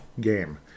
game